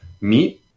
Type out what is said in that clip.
Meat